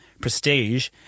prestige